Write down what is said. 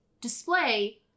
display